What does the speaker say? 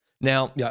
Now